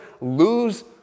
lose